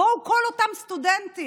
בואו, כל אותם סטודנטים